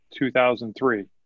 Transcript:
2003